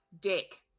Dick